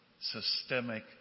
systemic